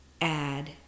add